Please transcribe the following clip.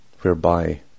whereby